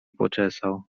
poczesał